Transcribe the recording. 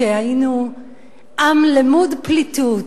שהיינו עם למוד פליטות,